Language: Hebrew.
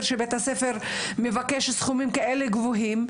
מצב שבו בית הספר מבקש סכומים כאלה גבוהים,